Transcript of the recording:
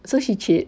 so she cheat